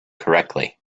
correctly